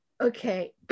Okay